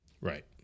right